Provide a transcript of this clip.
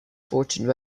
fortune